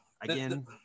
again